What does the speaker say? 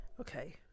Okay